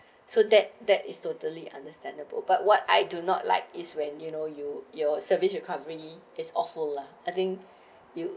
so that that is totally understandable but what I do not like is when you know you your service recovery is also lah I think we